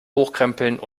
hochkrempeln